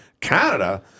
Canada